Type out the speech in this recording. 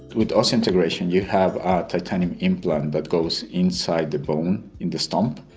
with osseointegration you have a titanium implant that goes inside the bone in the stump,